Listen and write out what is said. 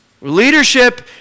Leadership